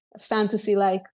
fantasy-like